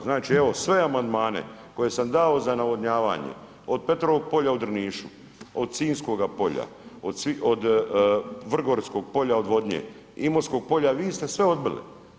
Znači evo sve amandmane koje sam dao za navodnjavanje od Petrovog polja u Drnišu, od Sinjskoga polja, od Vrgorskog polja odvodnje, Imotskog polja, vi ste sve odbili.